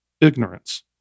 Ignorance